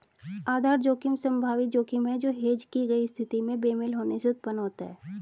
आधार जोखिम संभावित जोखिम है जो हेज की गई स्थिति में बेमेल होने से उत्पन्न होता है